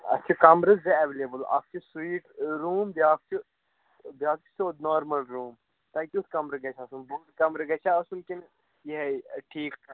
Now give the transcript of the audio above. اَسہِ چھِ کَمرٕ زٕ ایٚوِلیبُل اَکھ چھِ سُویٖٹ روٗم بیٛاکھ چھُ بیٛاکھ چھُ سیوٚد نارمَل روٗم تۅہہِ کٮُ۪تھ کَمرٕ گَژھِ آسُن بوٚڈ کَمرٕ گَژِھا آسُن کِنہٕ یِہَے ٹھیٖک ٹھاک